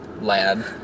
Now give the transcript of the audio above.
lad